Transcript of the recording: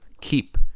keep